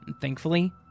Thankfully